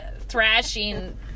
thrashing